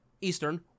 Eastern